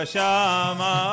Shama